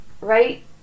right